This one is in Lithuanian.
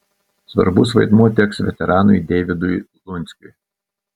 svarbus vaidmuo teks veteranui deivydui lunskiui